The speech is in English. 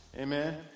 Amen